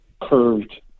curved